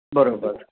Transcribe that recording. बरोबर